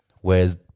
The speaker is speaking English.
Whereas